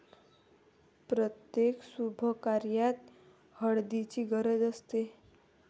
प्रत्येक शुभकार्यात हळदीची गरज असते